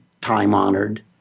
time-honored